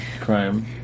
crime